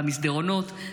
במסדרונות,